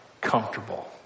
comfortable